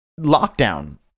Lockdown